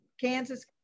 Kansas